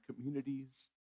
communities